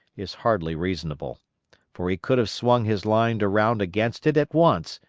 is hardly reasonable for he could have swung his line around against it at once,